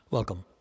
Welcome